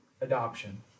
adoption